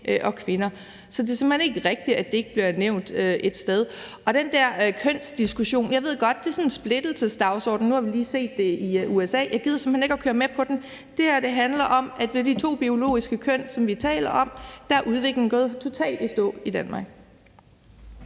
og kvinder, så det er simpelt hen ikke rigtigt, at det ikke bliver nævnt et sted. Den der kønsdiskussion – det ved jeg godt – er sådan en splittelsesdagsorden, som vi nu lige har set i USA, og jeg gider simpelt hen ikke at køre med på den. Det her handler om, at i forbindelse med de to biologiske køn, som vi taler om, er udviklingen gået totalt i stå i Danmark.